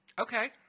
Okay